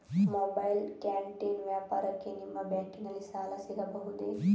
Mobile canteen ವ್ಯಾಪಾರಕ್ಕೆ ನಿಮ್ಮ ಬ್ಯಾಂಕಿನಲ್ಲಿ ಸಾಲ ಸಿಗಬಹುದೇ?